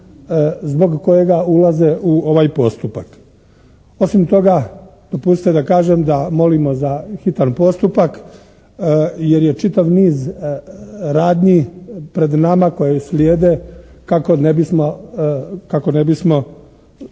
zbog kojega ulaze u ovaj postupak. Osim toga, dopustite da kažem da molimo za hitan postupak jer je čitav niz radnji pred nama koje slijede kako ne bismo